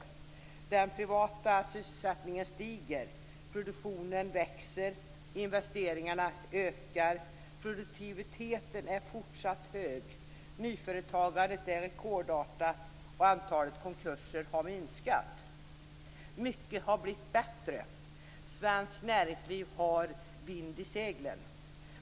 Sysselsättningen i den privata sektorn stiger. Produktionen växer. Investeringarna ökar. Produktiviteten är fortsatt hög. Nyföretagandet är rekordartat, och antalet konkurser har minskat. Mycket har blivit bättre. Svenskt näringsliv har vind i seglen.